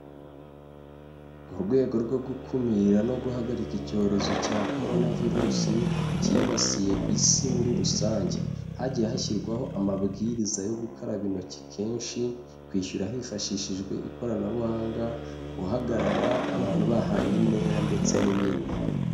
Mu rwego rwo gukumira no guhagarika icyorezo cya coronavirus cyibasiye isi muri rusange, hagiye hashyirwaho amabwiriza yo gukaraba intoki kenshi, kwishyura hifashishijwe ikoranabuhanga, guhagarara abantu bahanye intera ndetse n'ibindi.